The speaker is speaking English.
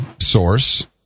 Source